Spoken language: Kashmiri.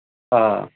آ